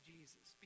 Jesus